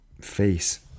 face